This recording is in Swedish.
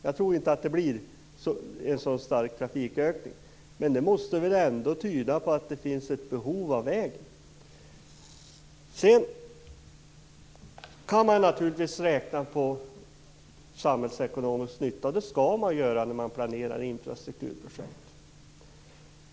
Jag tror inte att det blir en så stor trafikökning, men detta måste väl ändå tyda på att det finns ett behov av vägen? Sedan kan man naturligtvis räkna på den samhällsekonomiska nyttan, och det skall man göra när man planerar infrastrukturprojekt.